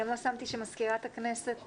גם לא שמתי לב שמזכירת הכנסת,